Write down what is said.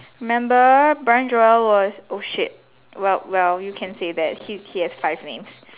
remember Bryan Joel was oh shit well well you can say that he he has five names